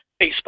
Facebook